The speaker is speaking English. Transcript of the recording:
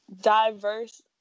diverse